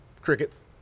Crickets